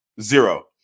Zero